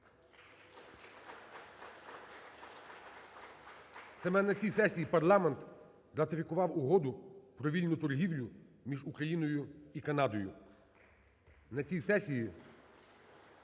Саме на цій сесії парламент ратифікував Угоду про вільну торгівлю між Україною і Канадою. На цій сесії